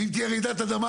ואם תהיה רעידת אדמה,